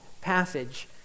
passage